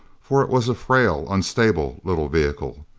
for it was a frail, unstable little vehicle!